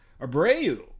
Abreu